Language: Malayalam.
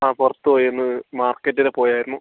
ആ പുറത്ത് പോയി ഇന്ന് മാർക്കറ്റ് വരെ പോയായിരുന്നു